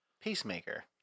Peacemaker